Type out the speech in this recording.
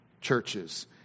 churches